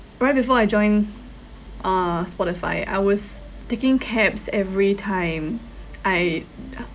right before I join uh spotify I was taking cabs every time I